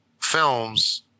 films